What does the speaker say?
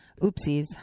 Oopsies